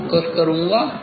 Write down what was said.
मैं फोकस करूँगा